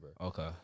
okay